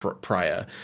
prior